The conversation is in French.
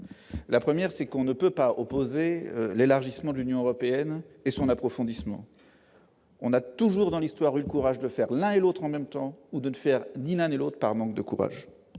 la 1ère c'est qu'on ne peut pas opposer l'élargissement de l'Union européenne et son approfondissement. On a toujours dans l'histoire, eu le courage de faire l'un et l'autre en même temps, ou de ne faire ni l'un et l'autre par manque de courage,